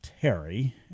Terry